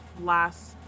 last